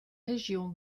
régions